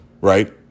right